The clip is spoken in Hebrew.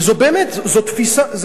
וזאת באמת תפיסת עולם.